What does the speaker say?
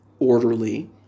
Orderly